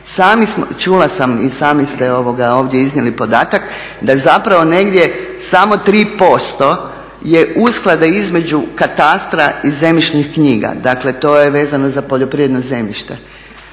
čula sam i sami ste ovdje iznijeli podatak da zapravo negdje samo 3% je usklada između katastra i zemljišnih knjiga. Dakle, to je vezano za poljoprivredno zemljište.